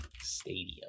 Stadium